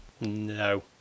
No